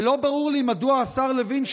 ולא ברור לי מדוע השר לוין,